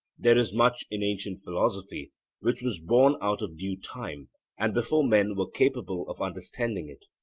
there is much in ancient philosophy which was born out of due time and before men were capable of understanding it.